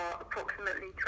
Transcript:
approximately